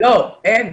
אין.